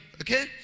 Okay